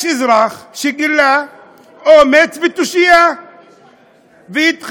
יש אזרח שגילה אומץ ותושייה והתחיל